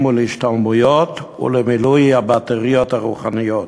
ולהשתלמויות ולמילוי הבטריות הרוחניות.